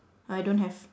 I don't have